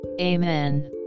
Amen